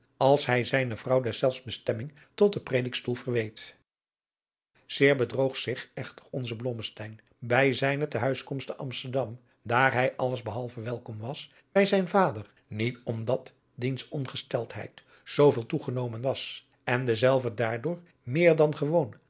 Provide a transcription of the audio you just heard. als hij zijne vrouw deszelfs bestemming tot den predikstoel verweet zeer bedroog zich echter onze blommesteyn bij zijne te huiskomst te amsterdam daar hij alles behalve welkom was bij zijn vader niet omdat diens ongesteldheid zooveel toegenomen was en dezelve daardoor meer dan gewoon